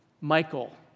Michael